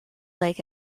lake